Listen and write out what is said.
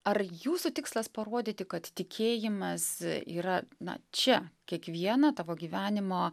ar jūsų tikslas parodyti kad tikėjimas yra na čia kiekvieną tavo gyvenimo